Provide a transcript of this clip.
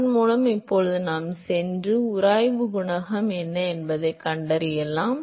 அதன் மூலம் இப்போது நாம் சென்று உராய்வு குணகம் என்ன என்பதைக் கண்டறியலாம்